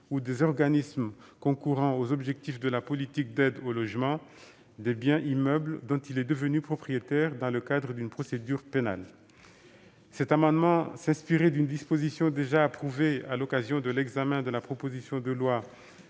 ou des organismes concourant aux objectifs de la politique d'aide au logement des biens immeubles dont il est devenu propriétaire dans le cadre d'une procédure pénale. Cet amendement s'inspirait d'une disposition déjà approuvée lors de l'examen de la proposition de loi